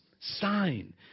sign